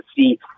see